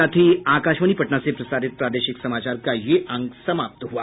इसके साथ ही आकाशवाणी पटना से प्रसारित प्रादेशिक समाचार का ये अंक समाप्त हुआ